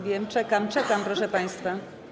Wiem, czekam, czekam, proszę państwa.